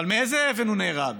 אבל מאיזו אבן הוא נהרג?